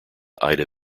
ida